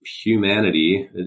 humanity